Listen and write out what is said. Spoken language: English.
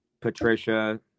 Patricia